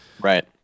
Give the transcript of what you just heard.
right